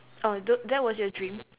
oh though that was your dream